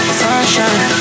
sunshine